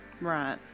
Right